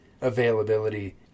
availability